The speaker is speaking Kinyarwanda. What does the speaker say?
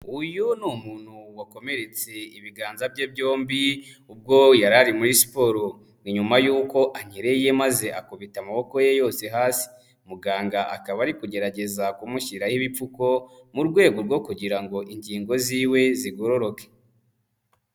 Uyu ni umuntu wakomeretse ibiganza bye byombi, ubwo yari ari muri siporo, ni nyuma yuko anyereye maze akubita amaboko ye yose hasi, muganga akaba ari kugerageza kumushyiraho ibipfuko mu rwego rwo kugira ngo ingingo ziwe zigororoke.